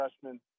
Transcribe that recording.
freshman